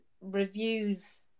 reviews